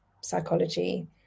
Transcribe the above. psychology